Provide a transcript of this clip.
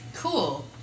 cool